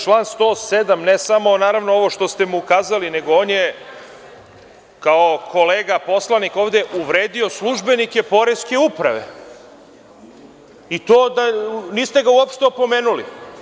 Član 107. ne samo naravno ovo što ste mu ukazali, nego on je kao kolega poslanik ovde uvredio službenike Poreske uprave i niste ga uopšte opomenuli.